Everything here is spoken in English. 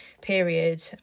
Period